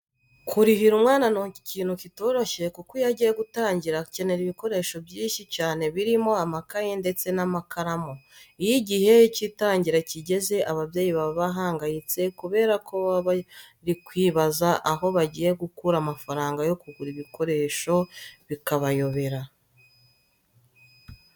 Kurihira umwana ni ikintu kitoroshye kuko iyo agiye gutangira akenera ibikoresho byinshi cyane birimo amakayi ndetse n'amakaramu. Iyo igihe cy'itangira kigeze ababyeyi baba bahangayitse kubera ko baba bari kwibaza aho bagiye gukura amafaranga yo kugura ibikoresho bikabayobera.